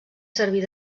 servir